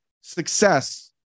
success